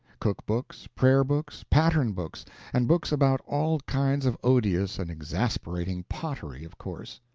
cook-books, prayer-books, pattern-books and books about all kinds of odious and exasperating pottery, of course.